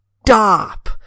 stop